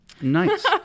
Nice